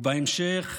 ובהמשך: